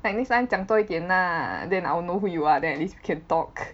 like next time 讲多一点 lah then I'll know who you are then at least we can talk